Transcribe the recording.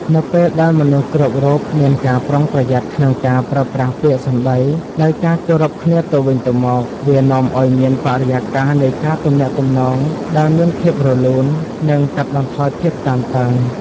នៅពេលដែលមនុស្សគ្រប់រូបមានការប្រុងប្រយ័ត្នក្នុងការប្រើប្រាស់ពាក្យសម្តីដោយការគោរពគ្នាទៅវិញទៅមក វានាំឱ្យមានបរិយាកាសនៃការទំនាក់ទំនងដែលមានភាពរលូន និងកាត់បន្ថយភាពតានតឹង។